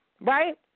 Right